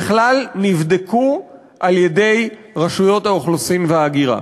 בכלל נבדקו על-ידי רשויות האוכלוסין וההגירה.